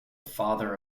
father